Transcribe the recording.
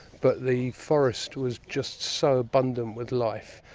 but the forest was just so abundant with life.